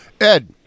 Ed